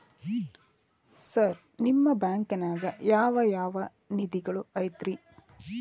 Sir ನಿಮ್ಮ ಬ್ಯಾಂಕನಾಗ ಯಾವ್ ಯಾವ ನಿಧಿಗಳು ಐತ್ರಿ?